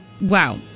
Wow